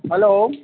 hello